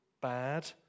bad